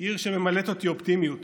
עיר שממלאת אותי אופטימיות